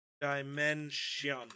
dimension